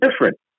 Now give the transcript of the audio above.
different